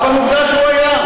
אבל עובדה שהוא היה.